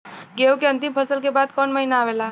गेहूँ के अंतिम फसल के बाद कवन महीना आवेला?